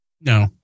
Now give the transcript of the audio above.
no